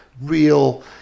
real